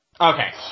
Okay